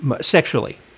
sexually